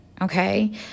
Okay